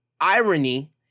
irony